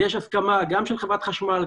יש הסכמה גם של חברת החשמל,